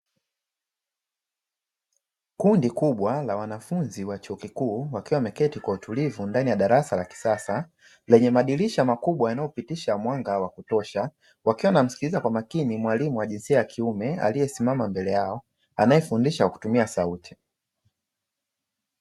Kundi kubwa la wanafunzi wa chuo kikuu wakiwa wameketi kwa utulivu ndani ya darasa la kisasa, lenye madirisha makubwa yanayopitisha mwanga wa kutosha, wakiwa wanamsikiliza kwa makini mwalimu wa jinsia ya kiume aliyesimama mbele yao anayefundisha kutumia sauti.